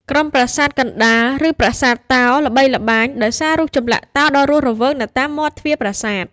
ក្រុមប្រាសាទកណ្ដាល ឬប្រាសាទតោ ល្បីល្បាញដោយសាររូបចម្លាក់តោដ៏រស់រវើកនៅមាត់ទ្វារប្រាសាទ។